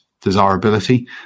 desirability